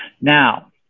Now